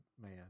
man